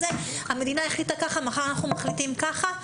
המדינה החליטה ככה ומחר אנחנו מחליטים אחרת?